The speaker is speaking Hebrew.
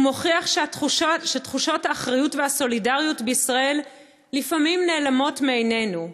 הוא מוכיח שתחושות האחריות והסולידריות בישראל לפעמים נעלמות מעינינו,